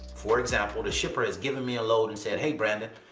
for example, the shipper has given me a load and said, hey, brandon,